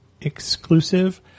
exclusive